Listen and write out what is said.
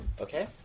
Okay